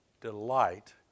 delight